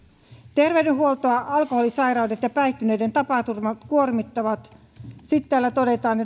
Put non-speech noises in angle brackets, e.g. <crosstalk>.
terveydenhuoltoa alkoholisairaudet ja päihtyneiden tapaturmat kuormittavat sitten täällä todetaan <unintelligible>